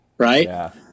Right